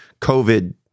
COVID